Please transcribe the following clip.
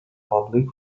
public